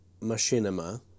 machinima